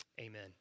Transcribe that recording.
Amen